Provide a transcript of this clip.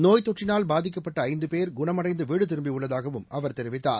நோய் தொற்றினால் பாதிக்கப்பட்டஐந்துபேர் குணமடைந்துவீடுதிரும்பியுள்ளதாகவும் அவர் தெரிவித்தார்